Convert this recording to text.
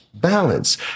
Balance